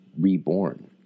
reborn